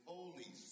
Holy